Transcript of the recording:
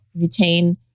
retain